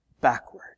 backward